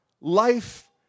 life